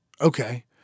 Okay